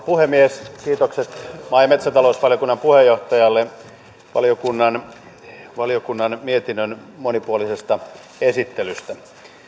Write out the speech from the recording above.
puhemies kiitokset maa ja metsätalousvaliokunnan puheenjohtajalle valiokunnan valiokunnan mietinnön monipuolisesta esittelystä